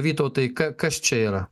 vytautai ką kas čia yra